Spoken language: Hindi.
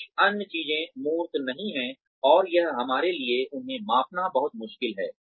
कुछ अन्य चीजें मूर्त नहीं हैं और यह हमारे लिए उन्हें मापना बहुत मुश्किल है